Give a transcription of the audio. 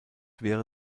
wäre